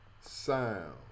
sound